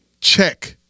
check